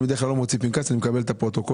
אני בדרך כלל לא מוציא פנקס אני מקבל את הפרוטוקולים